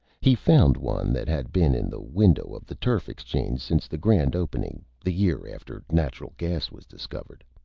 he found one that had been in the window of the turf exchange since the grand opening, the year after natural gas was discovered.